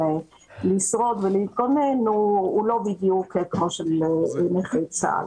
לשרוד ולהתגונן הוא לא בדיוק כמו של נכי צה"ל.